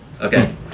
okay